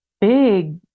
big